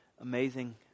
amazing